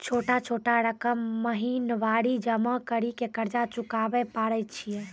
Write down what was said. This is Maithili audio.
छोटा छोटा रकम महीनवारी जमा करि के कर्जा चुकाबै परए छियै?